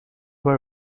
باری